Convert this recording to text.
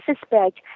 suspect